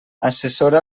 assessora